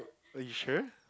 oh you sure